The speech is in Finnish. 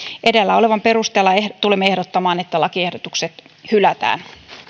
edellä olevan perusteella tulemme ehdottamaan että lakiehdotukset hylätään